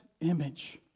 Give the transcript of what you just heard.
image